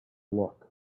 look